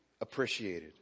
appreciated